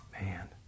man